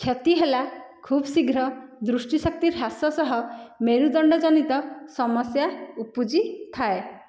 କ୍ଷତି ହେଲା ଖୁବ ଶୀଘ୍ର ଦୃଷ୍ଟିଶକ୍ତି ହ୍ରାସ ସହ ମେରୁଦଣ୍ଡ ଜନିତ ସମସ୍ୟା ଉପୁଜି ଥାଏ